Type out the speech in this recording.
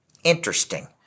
interesting